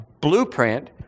blueprint